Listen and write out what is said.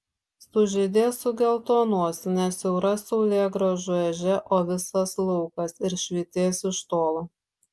sužydės sugeltonuos ne siaura saulėgrąžų ežia o visas laukas ir švytės iš tolo